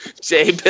Jay